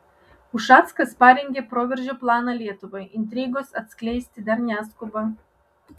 ušackas parengė proveržio planą lietuvai intrigos atskleisti dar neskuba